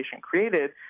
created